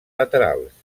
laterals